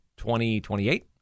2028